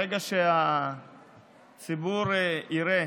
ברגע שהציבור יראה